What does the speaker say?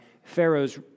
Pharaoh's